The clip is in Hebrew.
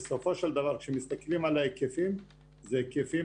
בסופו של דבר כשמסתכלים על ההיקפים זה היקפים